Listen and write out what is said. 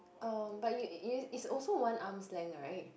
um but it's also one arm's length right